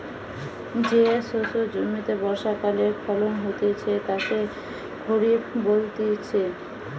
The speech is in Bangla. যে শস্য জমিতে বর্ষাকালে ফলন হতিছে তাকে খরিফ বলতিছে